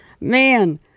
Man